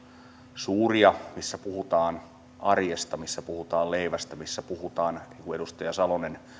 suuria missä puhutaan arjesta missä puhutaan leivästä missä puhutaan niin kuin edustaja salonen